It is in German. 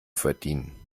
verdienen